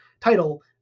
title